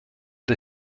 der